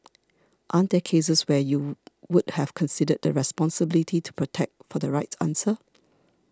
aren't there cases where you would have considered the responsibility to protect for the right answer